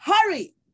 Hurry